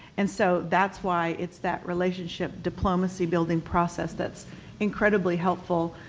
and so that's why it's that relationship, diplomacy-building process that's incredibly helpful.